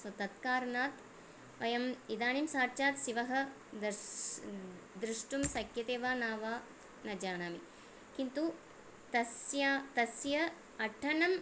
सो तत्कारणात् अयम् इदानीं साक्षात् शिवं दर्स् न द्रष्टुं शक्यते न वा न जानामि किन्तु तस्य तस्य अटनम्